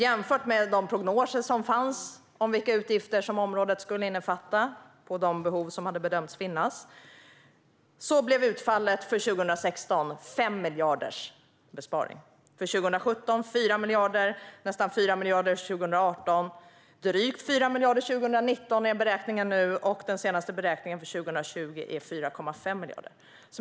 Jämfört med de prognoser som fanns om de utgifter på området för de behov som hade bedömts finnas blev utfallet för 2016 besparingar på 5 miljarder. För 2017 blev det 4 miljarder, och för 2018 blev det nästan 4 miljarder. För 2019 är beräkningen nu drygt 4 miljarder i besparingar, och den senaste beräkningen för 2020 är 4,5 miljarder.